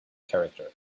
character